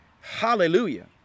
Hallelujah